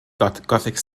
gothic